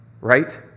Right